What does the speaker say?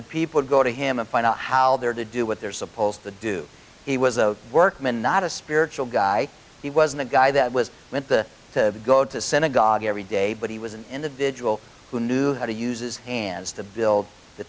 the people go to him and find out how they're to do what they're supposed to do he was a workman not a spiritual guy he wasn't a guy that was meant to to go to synagogue every day but he was an individual who knew how to use his hands to build the